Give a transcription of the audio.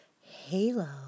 Halo